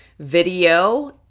video